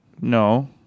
No